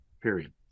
Period